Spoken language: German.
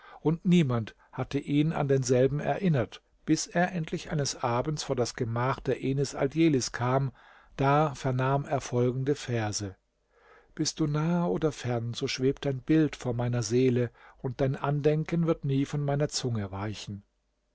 und niemand hatte ihn an denselben erinnert bis er endlich eines abends vor das gemach der enis aldjelis kam da vernahm er folgende verse bist du nah oder fern so schwebt dein bild vor meiner seele und dein andenken wird nie von meiner zunge weichen